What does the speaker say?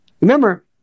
Remember